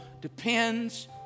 depends